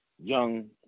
young